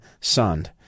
Sund